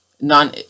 Non